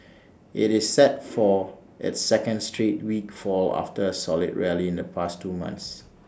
IT is set for its second straight week fall after A solid rally in the past two months